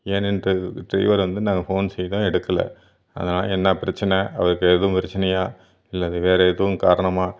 ஏன் என்று ட்ரைவர் வந்து நாங்கள் ஃபோன் செய்தோம் எடுக்கல அதான் என்ன பிரச்சனை அவருக்கு எதுவும் பிரச்சனையா இல்லை வேற எதுவும் காரணமாக